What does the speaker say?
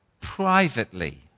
privately